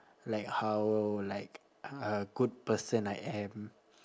like how like a good person I am